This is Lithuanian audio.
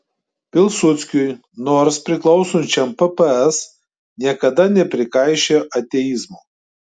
pilsudskiui nors priklausiusiam pps niekada neprikaišiojo ateizmo